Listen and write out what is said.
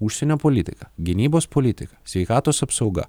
užsienio politika gynybos politika sveikatos apsauga